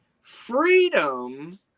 freedom